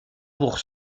pour